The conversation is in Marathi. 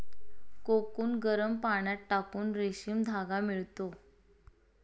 कोकून गरम पाण्यात टाकून रेशीम धागा मिळतो